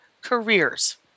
careers